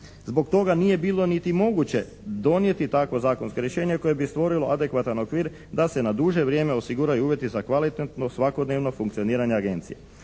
Zbog toga nije bilo niti moguće donijeti takvo zakonsko rješenje koje bi stvorilo adekvatan okvir da se na duže vrijeme osiguraju uvjeti za kvalitetno svakodnevno funkcioniranje agencije.